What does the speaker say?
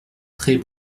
très